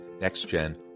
Next-Gen